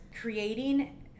creating